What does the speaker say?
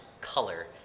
color